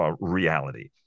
reality